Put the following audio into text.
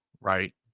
right